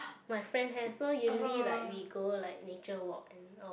my friend have so usually like we go like nature walk and all